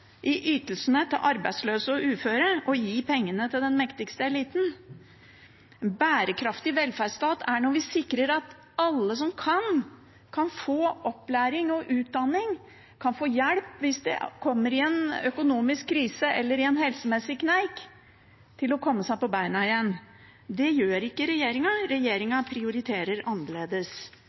i ytelsene til arbeidsløse og uføre og gi pengene til den mektigste eliten. En bærekraftig velferdsstat er når vi sikrer at alle som kan, kan få opplæring og utdanning, og at man kan få hjelp til å komme seg på beina igjen hvis man kommer i en økonomisk krise eller møter en helsemessig kneik. Det gjør ikke regjeringen. Regjeringen prioriterer annerledes.